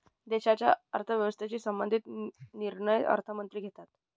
देशाच्या अर्थव्यवस्थेशी संबंधित निर्णय अर्थमंत्री घेतात